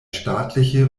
staatliche